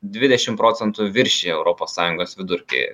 dvidešim procentų viršija europos sąjungos vidurkį